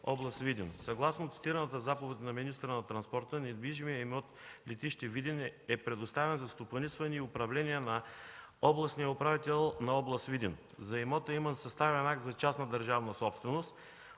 област Видин. Съгласно цитираната заповед на министъра на транспорта недвижимият имот „летище Видин” е предоставен за стопанисване и управление на областния управител на област Видин. За имота има съставен акт за частна държавна собственост